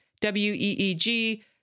w-e-e-g